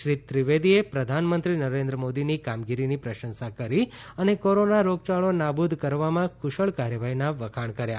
શ્રી ત્રિવેદીએ પ્રધાનમંત્રી નરેન્દ્ર મોદીની કામગીરીની પ્રશંસા કરી અને કોરોના રોગયાળો નાબુદ કરવામાં કુશળ કાર્યવાહીનાં વખાણ કર્યા